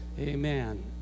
Amen